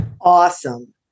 Awesome